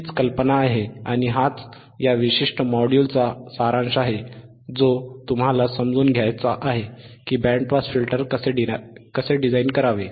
हीच कल्पना आहे आणि हाच या विशिष्ट मॉड्यूलचा सारांश आहे जो तुम्हाला समजून घ्यायचा आहे की बँड पास फिल्टर कसे डिझाइन करावे